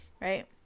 right